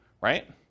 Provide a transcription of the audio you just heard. right